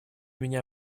меня